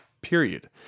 Period